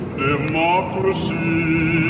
democracy